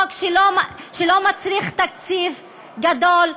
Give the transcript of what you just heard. חוק שלא מצריך תקציב גדול,